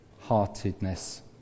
heartedness